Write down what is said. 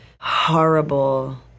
horrible